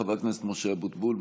חבר הכנסת משה אבוטבול,